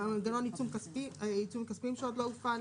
מנגנון עיצומים כספיים שעוד לא הופעל.